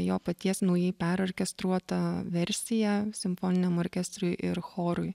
jo paties naujai perorkestruotą versiją simfoniniam orkestrui ir chorui